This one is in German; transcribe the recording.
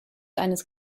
eines